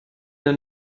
der